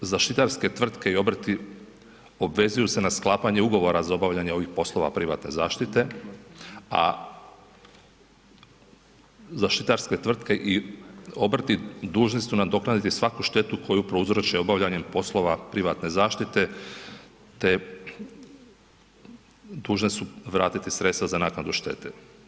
Zaštitarske tvrtke i obrti obvezuju se na sklapanje ugovora za obavljanje ovih poslova privatne zaštite, a zaštitarske tvrtke i obrti dužni su nadoknaditi svaku štetu koju prouzroče obavljanjem poslova privatne zaštite te dužne su vratiti sredstva za naknadu štete.